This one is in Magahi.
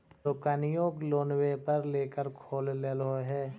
दोकनिओ लोनवे पर लेकर खोललहो हे?